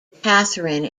catherine